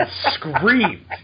screamed